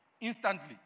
Instantly